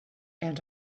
and